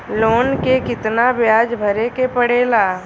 Loan के कितना ब्याज भरे के पड़े ला?